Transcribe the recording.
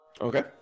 Okay